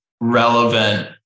relevant